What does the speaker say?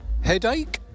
Headache